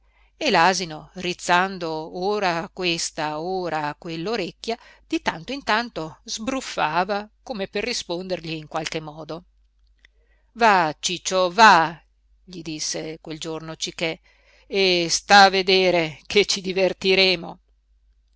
e l'asino rizzando ora questa ora quell'orecchia di tanto in tanto sbruffava come per rispondergli in qualche modo va ciccio va gli disse quel giorno cichè e sta a vedere ché ci divertiremo